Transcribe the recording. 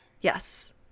Yes